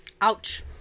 Ouch